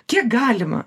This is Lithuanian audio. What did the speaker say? kiek galima